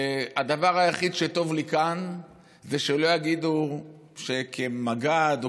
הדבר היחיד שטוב לי כאן זה שלא יגידו כמג"ד או